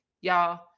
Y'all